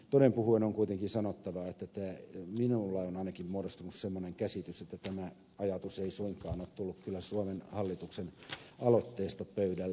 toden puhuen on kuitenkin sanottava että minulle on ainakin muodostunut semmoinen käsitys että tämä ajatus ei kyllä suinkaan ole tullut suomen hallituksen aloitteesta pöydälle